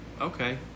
okay